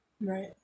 Right